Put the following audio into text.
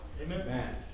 Amen